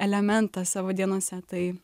elementą savo dienose tai